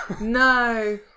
no